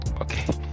okay